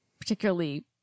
particularly